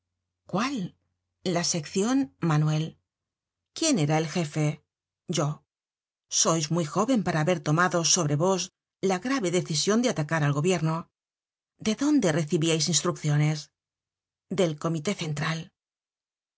cuál la seccion manuel quién era el jefe yo sois muy jóven para haber tomado sobre vos la grave decision de atacar al gobierno de dónde recibíais instrucciones del comité central el